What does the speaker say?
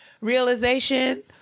realization